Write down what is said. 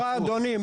סליחה אדוני,